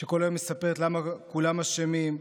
שכל היום מספרת למה כולם אשמים,